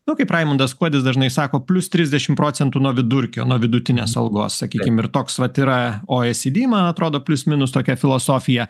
nu kaip raimundas kuodis dažnai sako plius trisdešimt procentų nuo vidurkio nuo vidutinės algos sakykim ir toks vat yra oscd man atrodo plius minus tokia filosofija